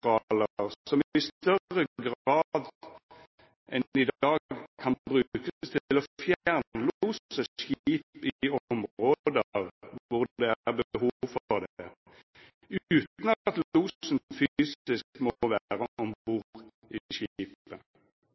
som i større grad enn i dag kan brukes til å fjernlose skip i områder hvor det er behov for det, uten at losen fysisk må om bord i